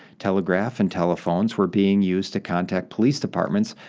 telegraph and telephones were being used to contact police departments,